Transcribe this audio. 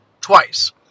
Twice